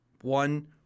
one